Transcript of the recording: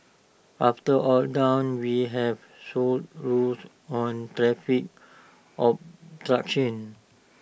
after all done we have solid rules on traffic obstruction